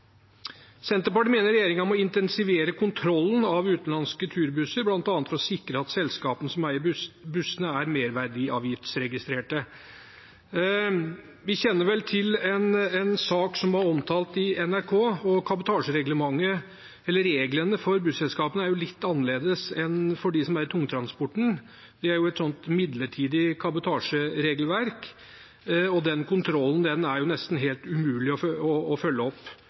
Senterpartiet mener regjeringen må intensivere kontrollen av utenlandske turbusser, bl.a. for å sikre at selskapene som eier bussene, er registrert i merverdiavgiftsregisteret. Vi kjenner til en sak som er omtalt i NRK, om kabotasjereglementet. Reglene for busselskapene er litt annerledes enn for dem som er i tungtransporten. Det er et midlertidig kabotasjeregelverk, og den kontrollen er nesten helt umulig å